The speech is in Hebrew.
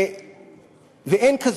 ואין כזו,